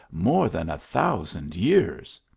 more than a thousand years?